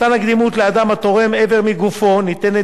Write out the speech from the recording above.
הקדימות לאדם התורם איבר מגופו ניתנת